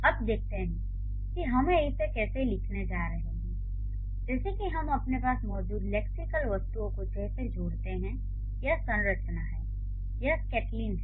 अब देखते हैं कि हम इसे कैसे लिखने जा रहे हैं जैसे कि हम अपने पास मौजूद लेक्सिकल वस्तुओं को कैसे जोड़ते हैं यह संरचना है यह स्केलिटन है